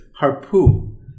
harpu